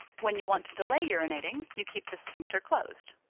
when you want to delay urinating, you keep the sphincter closed.